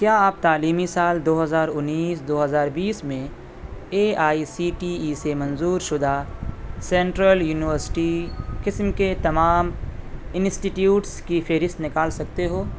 کیا آپ تعلیمی سال دو ہزار انیس دو ہزار بیس میں A I C T E سے منظور شدہ سنٹرل یونیوسٹی قسم کے تمام انسٹیٹیوٹس کی فہرست نکال سکتے ہو